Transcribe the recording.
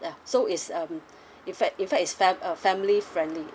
ya so it's um in fact in fact it's fam~ uh family friendly